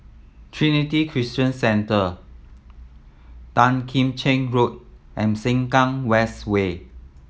Trinity Christian Centre Tan Kim Cheng Road and Sengkang West Way